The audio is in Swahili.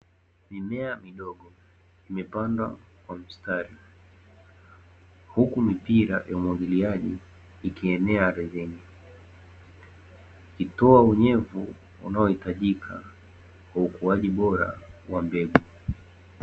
Mimea midogo imepandwa kwa mstari, huku mipira ya umwagiliaji ikienea ardhini, ikitoa unyevu unaohitajika kwa ukuaji bora wa mbegu.